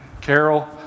Carol